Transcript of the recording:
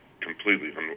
completely